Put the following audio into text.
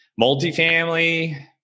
multifamily